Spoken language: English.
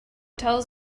tells